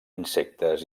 insectes